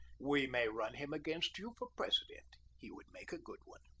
we may run him against you for president. he would make a good one.